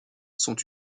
sont